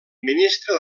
ministre